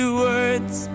words